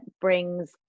brings